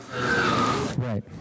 Right